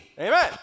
amen